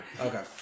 Okay